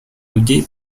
людей